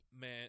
Man